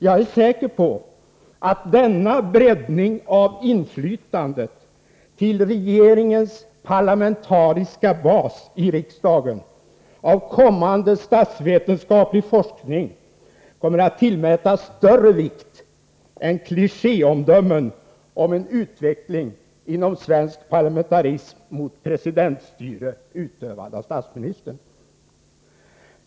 Jag är säker på att denna breddning av inflytandet till regeringens parlamentariska bas i riksdagen av kommande statsvetenskaplig forskning kommer att tillmätas större vikt än klichéomdömen om en utveckling inom svensk parlamentarism mot presidentstyre, utövat av statsministern.